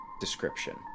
Description